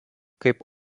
kaip